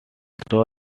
stroll